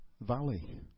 valley